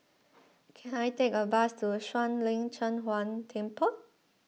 can I take a bus to Shuang Lin Cheng Huang Temple